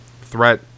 threat